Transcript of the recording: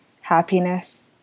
happiness